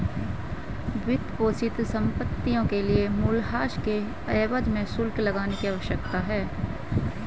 वित्तपोषित संपत्तियों के लिए मूल्यह्रास के एवज में शुल्क लगाने की आवश्यकता है